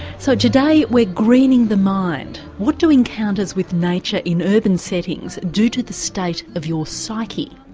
so today we're greening the mind. what do encounters with nature in urban settings do to the state of your psyche?